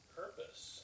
purpose